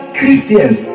Christians